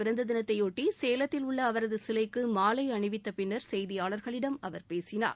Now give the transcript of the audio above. பிறந்ததினத்தையாட்டி சேலத்தில் உள்ளஅவரதுசிலைக்குமாலைஅணிவித்தபின்னர் காமராஜர் செய்தியாளர்களிடம் அவர் பேசினார்